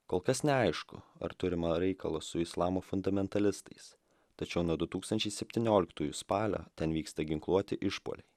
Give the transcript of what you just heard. kol kas neaišku ar turima reikalo su islamo fundamentalistais tačiau nuo du tūkstančiai septynioliktųjų spalio ten vyksta ginkluoti išpuoliai